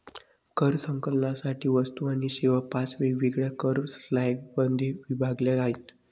कर संकलनासाठी वस्तू आणि सेवा पाच वेगवेगळ्या कर स्लॅबमध्ये विभागल्या आहेत